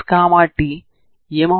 కాబట్టి dξ అవుతుంది